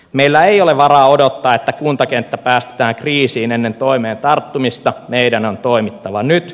meillä ei ole varaa odottaa että kuntakenttä päästetään kriisiin ennen toimeen tarttumista meidän on toimittava nyt